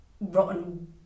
rotten